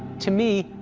to me,